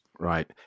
Right